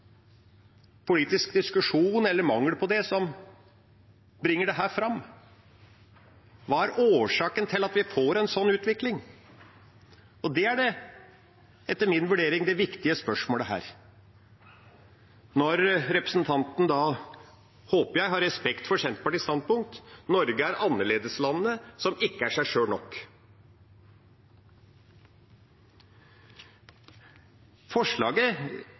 politisk diskusjon eller mangel på det som bringer dette fram? Hva er årsaken til at vi får en sånn utvikling? Det er etter min vurdering det viktige spørsmålet her. Jeg håper representanten har respekt for Senterpartiets standpunkt, at Norge er annerledeslandet som ikke er seg sjøl